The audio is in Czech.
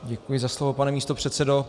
Děkuji za slovo, pane místopředsedo.